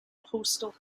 postal